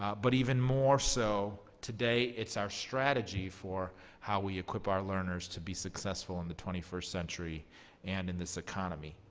but even more so, today, it's our strategy for how we equip our learners to be successful in the twenty-first century and in this economy.